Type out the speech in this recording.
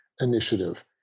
initiative